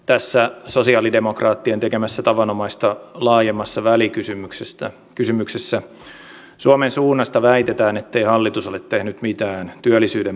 tässä sosialidemokraattien tekemässä tavanomaista laajemmassa välikysymyksessä suomen suunnasta väitetään ettei hallitus ole tehnyt mitään työllisyyden parantamiseksi